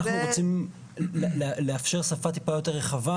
אנחנו רוצים לאפשר שפה טיפה יותר רחבה,